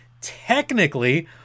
technically